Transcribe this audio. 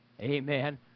Amen